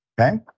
okay